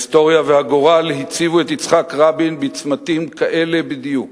ההיסטוריה והגורל הציבו את יצחק רבין בצמתים כאלה בדיוק.